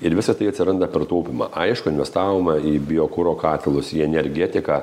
ir visa tai atsiranda per taupymą aišku investavome į biokuro katilus į energetiką